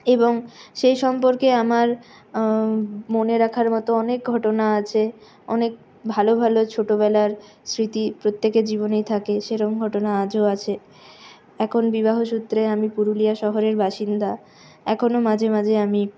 এবং সেই সম্পর্কে আমার মনে রাখার মতো অনেক ঘটনা আছে অনেক ভালো ভালো ছোটোবেলার স্মৃতি প্রত্যেকের জীবনেই থাকে সেরকম ঘটনা আজও আছে এখন বিবাহসূত্রে আমি পুরুলিয়া শহরের বাসিন্দা এখনও মাঝে মাঝে আমি